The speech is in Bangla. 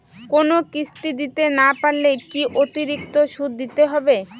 কোনো কিস্তি দিতে না পারলে কি অতিরিক্ত সুদ দিতে হবে?